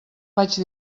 vaig